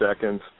seconds